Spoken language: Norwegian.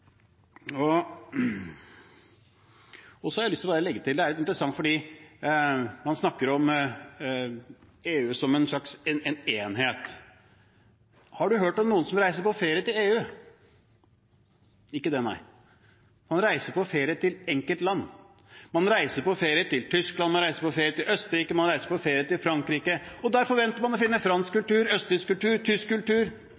jeg imot. Så vil jeg bare legge til – og det er litt interessant, for man snakker om EU som en slags enhet. Har du hørt om noen som reiser på ferie til EU? Ikke det, nei. Man reiser på ferie til enkeltland: Man reiser på ferie til Tyskland, man reiser på ferie til Østerrike, man reiser på ferie til Frankrike, og der forventer man å finne fransk